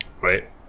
Right